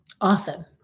often